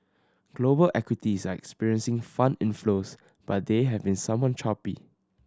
global equities are experiencing fund inflows but they have been somewhat choppy